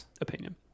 opinion